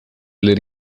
ler